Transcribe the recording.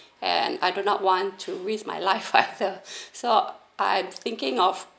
and I do not want to risk my life factor so I've thinking of